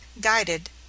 guided